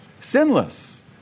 Sinless